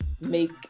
make